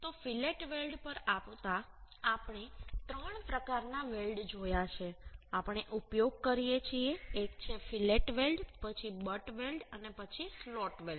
તો fillet weld પર આવતા આપણે 3 પ્રકારના વેલ્ડ જોયા છે આપણે ઉપયોગ કરીએ છીએ એક છે ફીલેટ વેલ્ડ પછી બટ વેલ્ડ અને પછી સ્લોટ વેલ્ડ